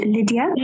Lydia